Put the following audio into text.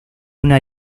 una